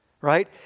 right